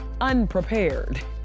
unprepared